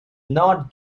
not